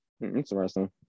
Interesting